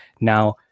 Now